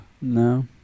No